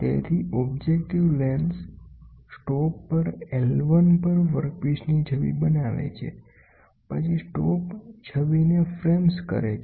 તેથી objective lens stop પર I1 પર વર્કપીસની છબી બનાવે છે પછી સ્ટોપ છબીને ફ્રેમ્સ કરે છે